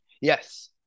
yes